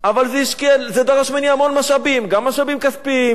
אבל זה דרש ממני המון משאבים, גם משאבים כספיים,